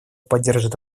поддержат